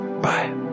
Bye